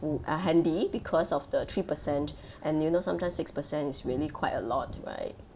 ~ful uh handy because of the three percent and you know sometimes six percent is really quite a lot right